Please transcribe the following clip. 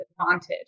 advantage